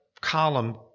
column